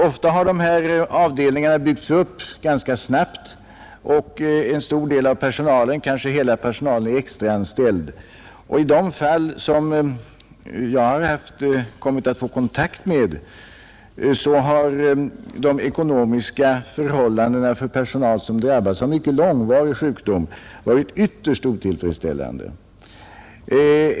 Ofta har dialysavdelningarna byggts upp ganska snabbt och en del av personalen — kanske hela personalen — är extraanställd. I de fall jag fått kontakt med har de ekonomiska förhållandena för personal som drabbats av mycket långvarig sjukdom varit ytterst otillfredsställande.